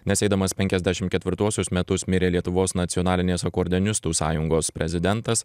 nes eidamas penkiasdešim ketvirtuosius metus mirė lietuvos nacionalinės akordeonistų sąjungos prezidentas